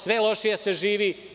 Sve lošije se živi.